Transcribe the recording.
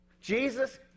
Jesus